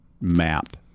map